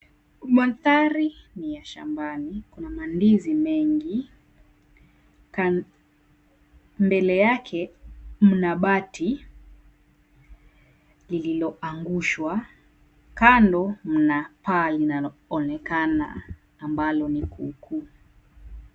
Mandhari ni ya shambani, kuna mandizi mengi mbele yake mna bati lililoangushwa, kando mna paa linaloonekana ambalo ni kuukuu.